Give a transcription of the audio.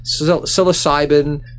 psilocybin